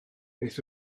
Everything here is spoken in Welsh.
beth